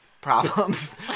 problems